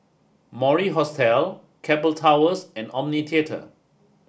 Mori Hostel Keppel Towers and Omni tater